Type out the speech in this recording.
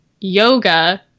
yoga